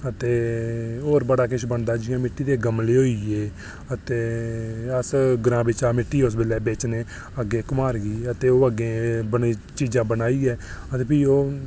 ते होर बड़ा किश बनदा जि'यां गमले होइये ते अस ग्रांऽ बिच्चा मित्ती उसलै बेचने न कुम्हार गी ते ओह् अग्गें चीज़ां बनाइयै ते प्ही ओह्